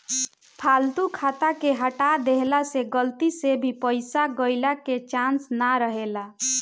फालतू खाता के हटा देहला से गलती से भी पईसा गईला के चांस ना रहेला